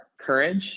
courage